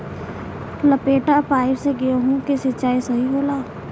लपेटा पाइप से गेहूँ के सिचाई सही होला?